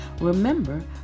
Remember